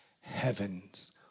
heavens